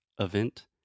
event